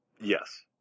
Yes